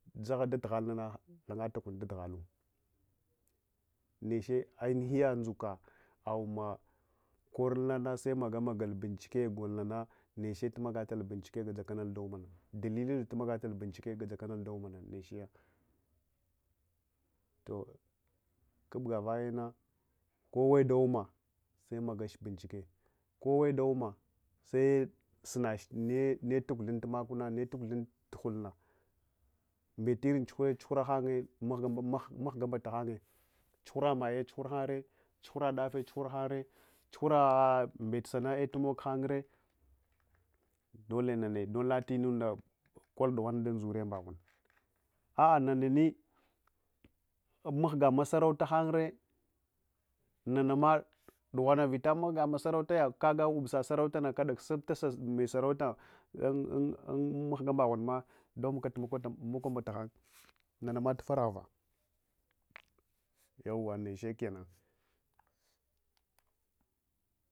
Dzaha dadhalnana lungatabukunnu lungatabukun tat halu niche ai mhiya ndzuka umma korulna semagamagal benchike golnana dalibunda magatal benchike gabonunda damogtumana nechiya toh kubga vayenna koweda umma semagach benchike koweda ummo sesunach nuweda guthunta tumakna nuweta guthunta tudughulna mbet irin chuhure chuhurhangye mahga mbachanye, suhure mayere tsukura mbel-sana’e moghanre dolenane dunlatinun da kol dughuwange dun suriyun baghun ah a’a nenane muhge masarauta hanghure, nanama dughuwanga vit mahga sarantana dughuwan kaya mahge sarantane kadasuptasa mesaranta unmahgun baghunma da’umatka makun baghan nechma turarava yauwa niche kenan.